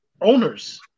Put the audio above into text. owners